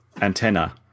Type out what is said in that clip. antenna